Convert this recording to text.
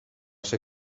ser